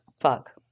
fuck